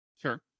sure